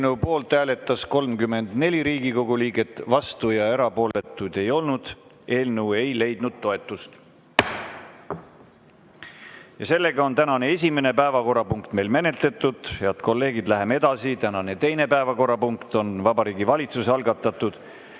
Eelnõu poolt hääletas 34 Riigikogu liiget, vastuolijaid ega erapooletuid ei olnud. Eelnõu ei leidnud toetust. Tänane esimene päevakorrapunkt on meil menetletud. Head kolleegid! Läheme edasi. Tänane teine päevakorrapunkt on Vabariigi Valitsuse algatatud